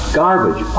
garbage